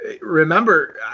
remember